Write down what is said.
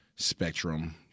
spectrum